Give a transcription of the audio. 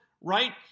right